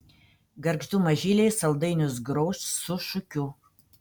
gargždų mažyliai saldainius grauš su šūkiu